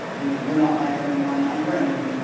you know you're not my enemy. and i'm not your enemy.